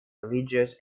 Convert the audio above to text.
religious